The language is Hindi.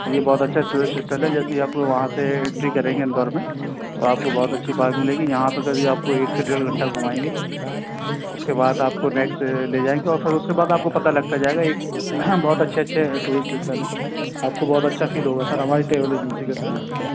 ये बहुत अच्छा टूरिस्ट स्थल है जैसे आपको वहाँ से एंट्री करेंगे इंदौर में तो आपको बहुत अच्छा पार्क मिलेगा यहाँ आपको क़रीब आपको एक से डेढ़ घंटा घुमाएँगे उसके बाद आपको नेक्स्ट ले जाएँगे और फिर उसके बाद आपको पता लगता जाएगा बहुत अच्छे अच्छे टूरिस्ट स्थल हैं आपको बहुत अच्छा फील होगा सर हमारी ट्रेवल एजेंसी से टूर कर के